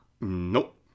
Nope